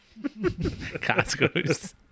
Costco's